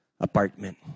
Apartment